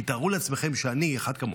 כי תארו לעצמכם שאחד כמוני,